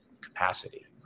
capacity